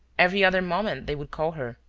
every other moment they would call her.